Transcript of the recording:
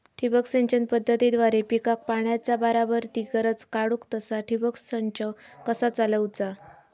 ठिबक सिंचन पद्धतीद्वारे पिकाक पाण्याचा बराबर ती गरज काडूक तसा ठिबक संच कसा चालवुचा?